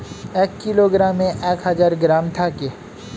এক কিলোগ্রামে এক হাজার গ্রাম থাকে